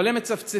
אבל הם מצפצפים.